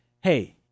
hey